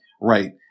Right